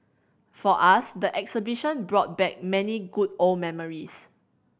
for us the exhibition brought back many good old memories